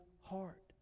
heart